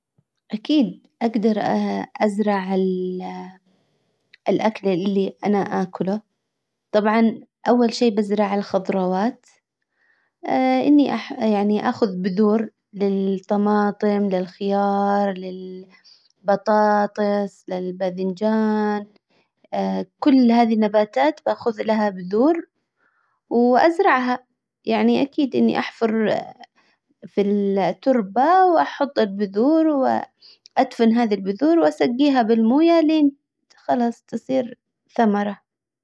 اكيد اجدر ازرع الاكلة اللي انا اكله طبعا اول شي بزرع الخضروات اني يعني اخذ بذور للطماطم للخيار للبطاطس للباذنجان كل هذي النباتات باخذ لها بذور وازرعها يعني اكيد اني احفر في التربة واحط البذور وادفن هذي البذور واسقيها بالموية لين خلاص تصير ثمرة.